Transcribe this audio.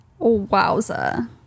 Wowza